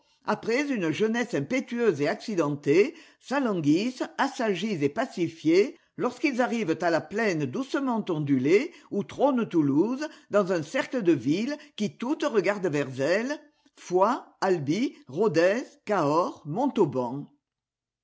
après une jeunesse impétueuse et accidentée s'alanguissent assagis et pacifiés lorsqu'ils arriventà la plainedoucement ondulée où trône toulouse dans un cercle de villes qui toutes regardent vers elle foix albi rodez